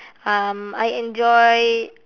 um I enjoy